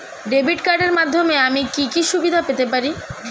Debit কার্ডের মাধ্যমে আমি কি কি সুবিধা পেতে পারি?